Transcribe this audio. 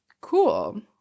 Cool